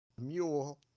Mule